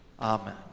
amen